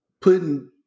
Putting